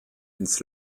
ins